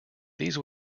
these